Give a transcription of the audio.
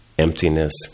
Emptiness